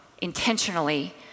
intentionally